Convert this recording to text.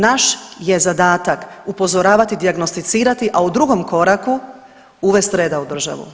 Naš je zadatak upozoravati i dijagnosticirati, a u drugom koraku uvest reda u državu.